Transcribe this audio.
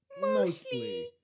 Mostly